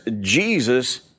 Jesus